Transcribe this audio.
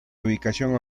ubicación